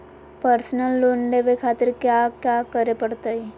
Personal loan लेवे खातिर कया क्या करे पड़तइ?